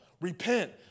Repent